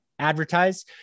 advertise